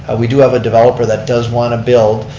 ah we do have a developer that does want to build,